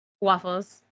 Waffles